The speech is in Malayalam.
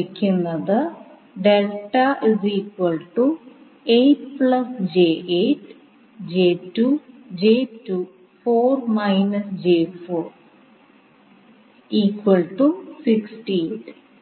നോഡൽ വിശകലനത്തിന്റെ അടിസ്ഥാനം കിർചോഫ് കറണ്ട് kirchoff's current നിയമമാണ് മെഷ് വിശകലനത്തിനുള്ള അടിസ്ഥാനം കിർചോഫ് വോൾട്ടേജ്